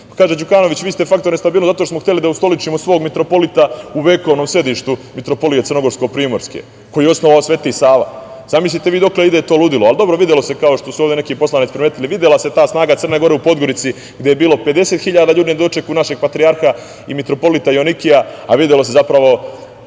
Kaže Đukanović – vi ste faktor nestabilnosti zato što smo hteli da ustoličimo svog mitropolita u vekovnom sedištu Mitropolije Crnogorsko-primorske, a koju je osnovao Sveti Sava. Zamislite dokle ide to ludilo, ali dobro, videla se, kao što su ovde neki poslanici primetili, ta snaga Crne Gore u Podgorici gde je bilo 50.000 ljudi na dočeku našeg patrijarha i mitropolita Joanikija, a videlo se zapravo